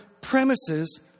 premises